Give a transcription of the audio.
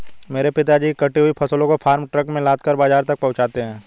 मेरे पिताजी कटी हुई फसलों को फार्म ट्रक में लादकर बाजार तक पहुंचाते हैं